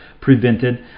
prevented